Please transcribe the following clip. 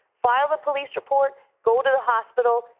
file the police report, go to the hospital,